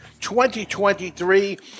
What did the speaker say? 2023